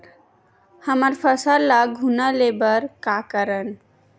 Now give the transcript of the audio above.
हमर फसल ल घुना ले बर का करन?